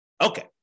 Okay